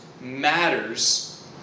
matters